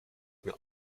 mir